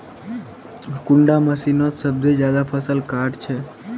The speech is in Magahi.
कुंडा मशीनोत सबसे ज्यादा फसल काट छै?